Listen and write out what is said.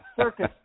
circus